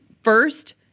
first